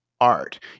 art